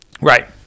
Right